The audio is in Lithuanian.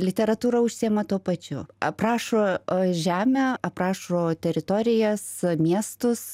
literatūra užsiima tuo pačiu aprašo žemę aprašo teritorijas miestus